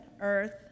earth